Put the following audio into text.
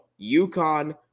UConn